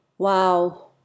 Wow